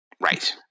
Right